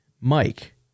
Mike